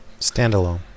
Standalone